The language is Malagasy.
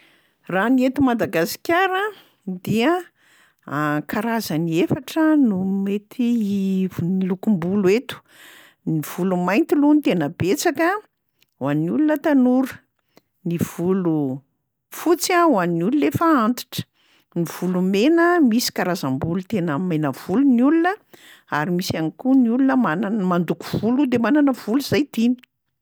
Raha ny eto Madagasikara dia karazany efatra no mety ivo- ny lokom-bolo eto, ny volo mainty loha no tena betsaka ho an'ny olona tanora, ny volo fotsy a ho an'ny olona efa antitra, ny volo mena: misy karazam-bolo tena mena volo ny olona, ary misy ihany koa ny olona manan- mandoko volo de manana volo zay tiany.